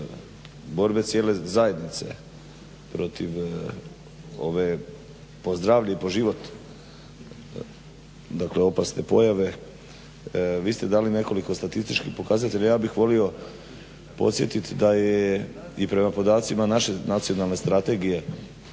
borbe cijele zajednice protiv ove, po zdravlje i po život dakle opasne pojave. Vi ste dali nekoliko statističkih pokazatelja. Ja bih volio podsjetiti da je i prema podacima naše nacionalne strategije